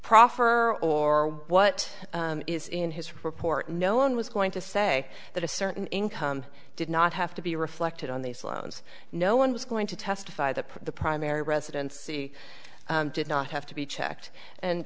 proffer or what is in his report no one was going to say that a certain income did not have to be reflected on these loans no one was going to testify that the primary residence c did not have to be checked and